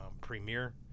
premiere